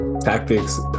tactics